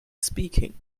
speaking